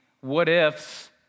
what-ifs